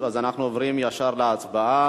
אז אנחנו עוברים ישר להצבעה.